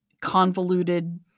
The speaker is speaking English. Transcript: convoluted